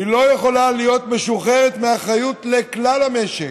היא לא יכול להיות משוחררת מאחריות לכלל המשק,